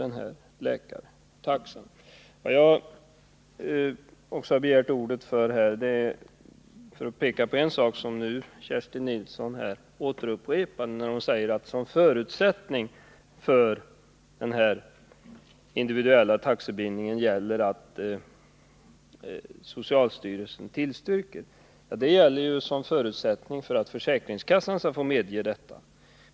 Jag har också begärt ordet för att peka på det som Kerstin Nilsson upprepade. Hon säger att som förutsättning för den individuella taxebindningen gäller att socialstyrelsen tillstyrker. Ja, det gäller som förutsättning för att försäkringskassan skall ge sitt medgivande.